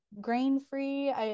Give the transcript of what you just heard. grain-free